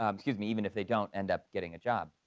um excuse me, even if they don't end up getting a job.